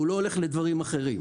הוא לא הולך לדברים אחרים.